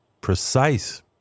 precise